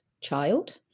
child